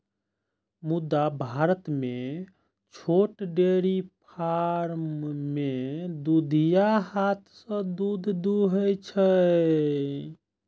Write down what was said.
मुदा भारत मे छोट डेयरी फार्म मे दुधिया हाथ सं दूध दुहै छै